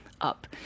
up